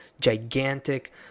gigantic